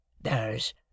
There's